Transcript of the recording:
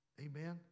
Amen